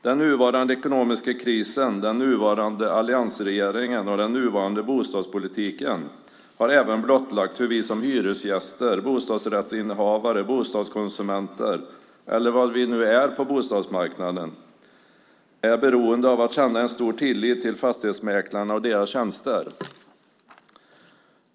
Den nuvarande ekonomiska krisen, den nuvarande alliansregeringen och den nuvarande bostadspolitiken har även blottlagt hur vi som hyresgäster, bostadsrättshavare, bostadskonsumenter, eller vad vi nu är på bostadsmarknaden, är beroende av att känna en stor tillit till fastighetsmäklarna och deras tjänster.